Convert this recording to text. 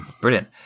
Brilliant